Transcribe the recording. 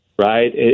Right